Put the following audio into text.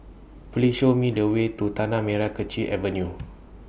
Please Show Me The Way to Tanah Merah Kechil Avenue